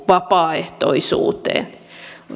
vapaaehtoisuuteen